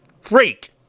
freak